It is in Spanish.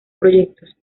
proyectos